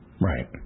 Right